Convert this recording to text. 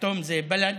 כתום זה בל"ד.